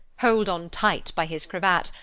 hold on tight by his cravat,